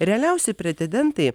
realiausi pretedentai